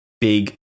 big